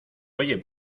oye